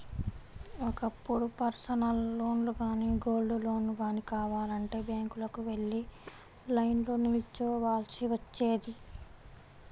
ఒకప్పుడు పర్సనల్ లోన్లు గానీ, గోల్డ్ లోన్లు గానీ కావాలంటే బ్యాంకులకు వెళ్లి లైన్లో నిల్చోవాల్సి వచ్చేది